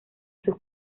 sus